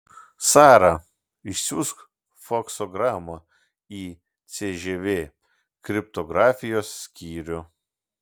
sara išsiųsk faksogramą į cžv kriptografijos skyrių